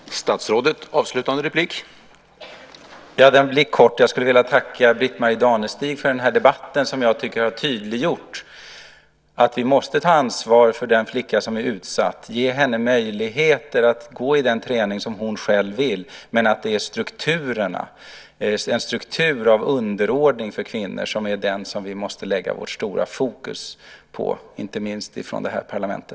Herr talman! Mitt avslutande inlägg ska bli kort. Jag skulle vilja tacka Britt-Marie Danestig för den här debatten, som jag tycker har tydliggjort att vi måste ta ansvar för de flickor som är utsatta. De måste få möjligheter att gå i den träning som de själva önskar. Men det som vi kraftigt måste sätta fokus på inte minst i det här parlamentet är den struktur av underordning av kvinnor som finns.